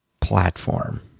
platform